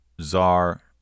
czar